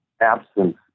absence